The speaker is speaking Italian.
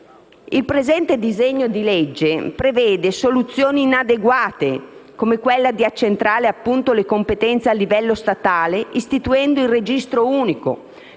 Il presente disegno di legge prevede soluzioni inadeguate, come quella di accentrare le competenze a livello statale istituendo il registro unico,